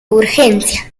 urgencia